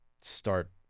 start